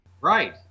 right